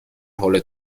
حال